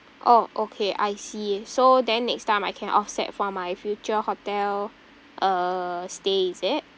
oh okay I see so then next time I can offset for my future hotel uh stay is it